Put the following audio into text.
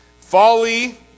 Folly